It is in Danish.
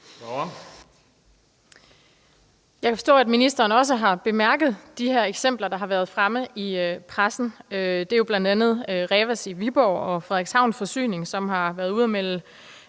Jeg kan forstå, at ministeren også har bemærket de her eksempler, der har været fremme i pressen. Det er jo bl.a. Revas i Viborg og Frederikshavn Forsyning, som har meldt